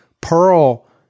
Pearl